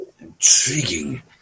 Intriguing